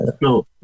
No